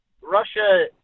Russia